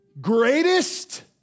greatest